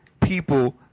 people